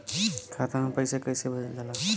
खाता में पैसा कैसे भेजल जाला?